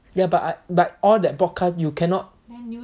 ya but I but all that broadcast you cannot